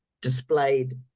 displayed